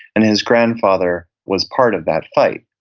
and his grandfather was part of that fight.